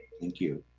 thank you